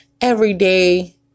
everyday